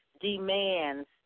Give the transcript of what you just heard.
demands